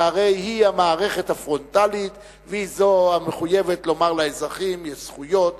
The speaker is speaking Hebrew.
שהרי היא המערכת הפרונטלית והיא המחויבת לומר לאזרחים: יש זכויות,